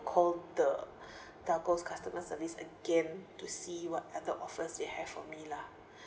call the telco's customer service again to see what other offers they have for me lah